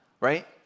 right